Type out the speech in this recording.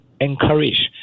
encourage